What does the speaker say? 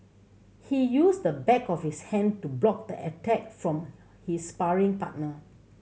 he used the back of his hand to block the attack from his sparring partner